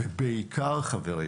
ובעיקר חברים,